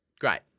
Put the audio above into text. Great